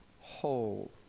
whole